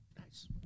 Nice